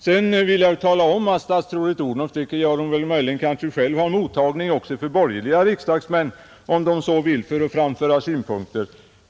Sedan vill jag tala om att statsrådet Odhnoff — det talar hon kanske om själv för resten — har mottagning även för borgerliga riksdagsmän, som kan få föra fram synpunkter om de så vill.